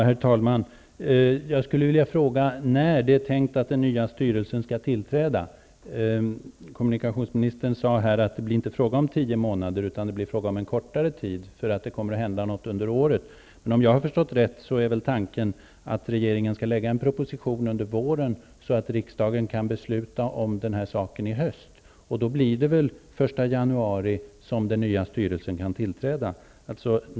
Herr talman! Jag skulle vilja fråga när det är tänkt att den nya styrelsen skall tillträda. Kommunikationsministern sade här att det inte blir fråga om tio månader utan om en kortare tid, därför att något kommer att hända under året. Men om jag har förstått rätt är tanken att regeringen skall lägga fram en proposition under våren, så att riksdagen kan fatta beslut i höst. Då blir det väl den 1 januari som den nya styrelsen kan tillträda.